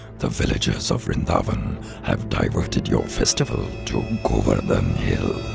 the villagers of vrindavan have diverted your festival to govardhan hill!